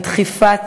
על דחיפת